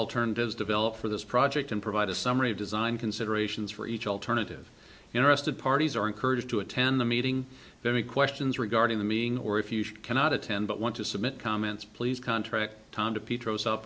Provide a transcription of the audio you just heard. alternatives develop for this project and provide a summary of design considerations for each alternative interested parties are encouraged to attend the meeting very questions regarding the meeting or if you cannot attend but want to submit comments please contract time to pete rose up